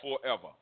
forever